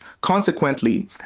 Consequently